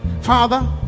Father